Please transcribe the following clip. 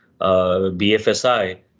BFSI